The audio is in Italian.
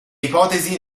ipotesi